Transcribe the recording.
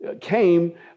came